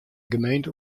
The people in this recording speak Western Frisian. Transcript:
gemeente